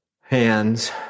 Hands